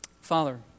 Father